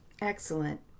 Excellent